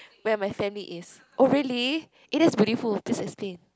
where my family is oh really it is beautiful please explain